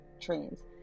trains